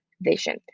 vision